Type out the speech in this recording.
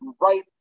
right